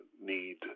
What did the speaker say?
need